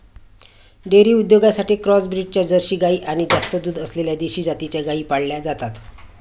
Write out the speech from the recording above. dairy उद्योगासाठी cross ब्रीडच्या Jersey गाई आणि जास्त दूध असलेल्या देशी जातीच्या गायी पाळल्या जातात